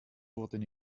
wurden